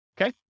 Okay